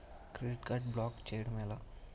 Credit card block చేయడం ఎలా?